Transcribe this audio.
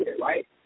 Right